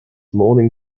morning